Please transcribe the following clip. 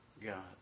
God